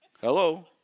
hello